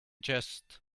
jest